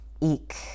Eek